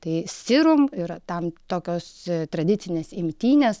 tai sirum ir tam tokios tradicinės imtynės